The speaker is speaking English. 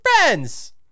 friends